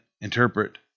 interpret